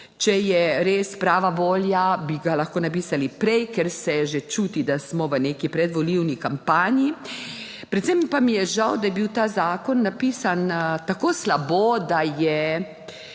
Če je res prava volja, bi ga lahko napisali prej, ker se že čuti, da smo v neki predvolilni kampanji. Predvsem pa mi je žal, da je bil ta zakon napisan tako slabo, da je